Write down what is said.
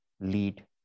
lead